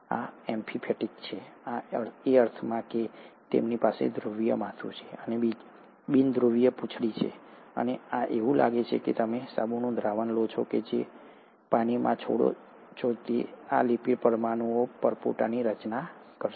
આ એમ્ફિફેટિક છે એ અર્થમાં કે તેમની પાસે ધ્રુવીય માથું છે અને બિન ધ્રુવીય પૂંછડી છે અને આ એવું લાગે છે કે તમે સાબુનું દ્રાવણ લો અને જ્યારે તમે તેને પાણીમાં છોડો છો ત્યારે આ લિપિડ પરમાણુઓ પરપોટાની રચના કરશે